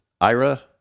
Ira